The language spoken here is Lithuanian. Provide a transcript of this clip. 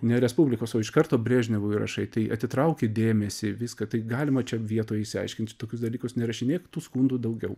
ne respublikos o iš karto brežnevui rašai tai atitraukia dėmesį viską tai galima čia vietoj išsiaiškint čia tokius dalykus nerašinėk tų skundų daugiau